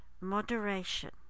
moderation